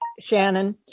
Shannon